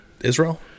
Israel